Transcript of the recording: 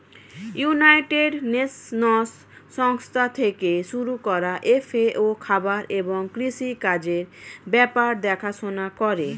United Nations সংস্থা থেকে শুরু করা এফ.এ.ও খাবার এবং কৃষি কাজের ব্যাপার দেখাশোনা করে